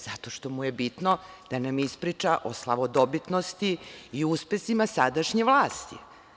Zato što mu je bitno da nam ispriča o slavodobitnosti i uspesima sadašnje vlasti.